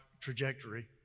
trajectory